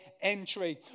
entry